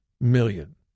million